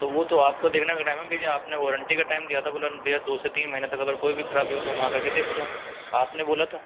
तो वो तो आपको देखने का टाइम भी नहीं है आपने वारंटी का टाइम दिया था बोला भैया दो से तीन महीने तक अगर कोई भी खराबी हो तो मैं आकर के देखूंगा आपने बोला था